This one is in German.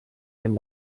dem